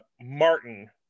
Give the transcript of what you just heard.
Martin